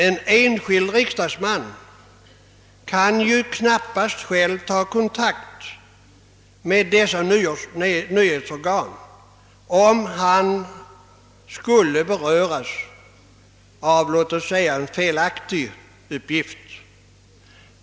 En enskild riksdagsman kan ju knappast själv ta kontakt med dessa nyhetsorgan, om han skulle beröras av låt oss säga en felaktig uppgift.